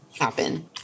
happen